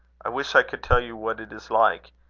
i wish i could tell you what it is like.